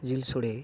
ᱡᱤᱞ ᱥᱳᱲᱮ